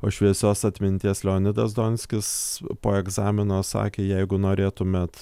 o šviesios atminties leonidas donskis po egzamino sakė jeigu norėtumėt